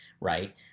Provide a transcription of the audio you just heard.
right